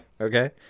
okay